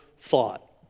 thought